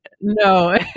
No